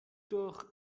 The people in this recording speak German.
durch